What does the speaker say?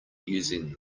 using